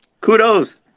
kudos